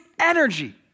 energy